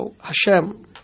Hashem